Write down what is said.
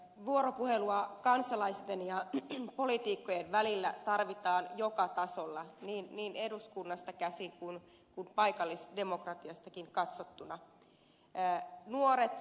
vuoropuhelua kansalaisten ja poliitikkojen välillä tarvitaan joka tasolla niin eduskunnasta käsin kuin paikallisdemokratiastakin katsottuna